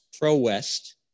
pro-West